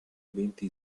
eventi